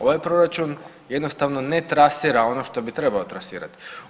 Ovaj proračun jednostavno ne trasira ono što bi trebao trasirati.